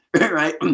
right